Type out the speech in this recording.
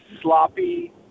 sloppy